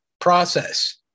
process